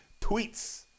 tweets